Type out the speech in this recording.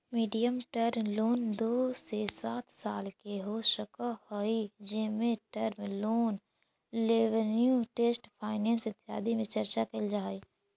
medium term loan दो से सात साल के हो सकऽ हई जेमें term loan revenue based finance इत्यादि के चर्चा कैल जा हई